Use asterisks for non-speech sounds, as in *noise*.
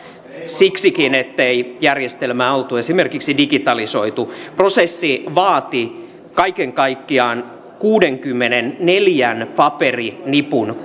siksikin ettei järjestelmää oltu esimerkiksi digitalisoitu prosessi vaati kaiken kaikkiaan kuudenkymmenenneljän paperinipun *unintelligible*